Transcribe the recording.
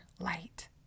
light